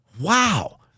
wow